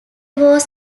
was